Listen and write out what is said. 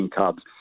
cubs